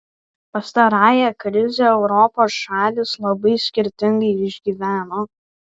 pastarąją krizę europos šalys labai skirtingai išgyveno